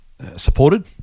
supported